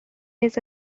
days